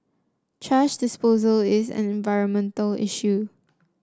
thrash disposal is an environmental issue